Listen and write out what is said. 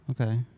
Okay